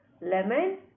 Lemon